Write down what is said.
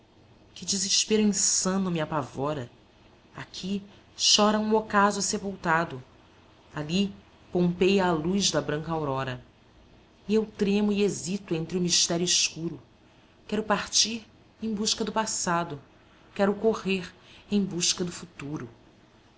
que desespero insano me apavora aqui chora um ocaso sepultado ali pompeia a luz da branca aurora e eu tremo e hesito entre um mistério escuro quero partir em busca do passado quero correr em busca do futuro